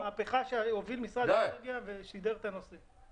זוהי מהפכה שהוביל משרד האנרגיה ושידרג את הנושא.